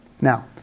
Now